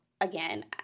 Again